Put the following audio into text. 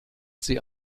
sie